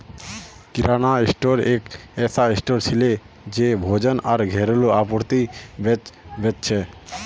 किराना store एक ऐसा store छिके जे भोजन आर घरेलू आपूर्ति बेच छेक